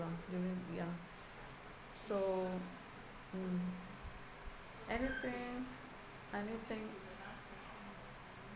lah during ya so mm anything anything